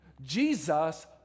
Jesus